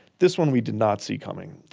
this one we did not see coming.